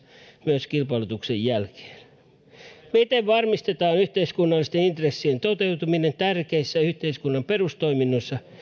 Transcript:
myös kilpailutuksen jälkeen miten varmistetaan yhteiskunnallisten intressien toteutuminen tärkeissä yhteiskunnan perustoiminnoissa